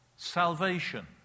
Salvation